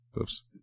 Oops